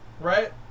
right